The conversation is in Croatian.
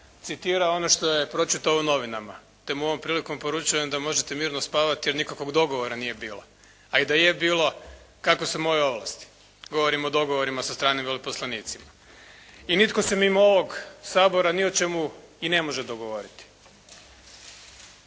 citirao ono što je pročitao u novinama, te mu ovom prilikom poručujem da možete mirno spavati jer nikakvog dogovora nije bilo, a i da je bilo kakve su moje ovlasti. Govorim o dogovorim sa stranim veleposlanicima. I nitko se mimo ovog Sabora ni o čemu i ne može dogovoriti.